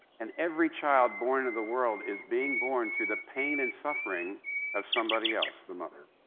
and every child born into the world is being born through the pain and suffering of somebody else, the mother.